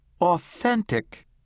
authentic